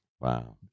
Wow